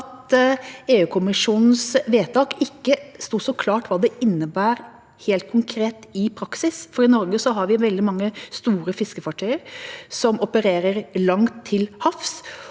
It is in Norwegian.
i EUkommisjonens vedtak ikke sto så klart hva det innebar, helt konkret og i praksis. I Norge har vi veldig mange store fiskefartøy som opererer langt til havs,